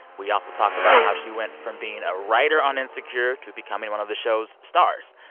we also talk about how she went from being a writer on insecure to becoming one of the show's stars.